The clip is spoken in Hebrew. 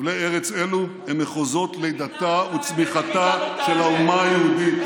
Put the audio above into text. חבלי ארץ אלו הם מחוזות לידתה וצמיחתה של האומה היהודית.